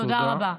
תודה רבה.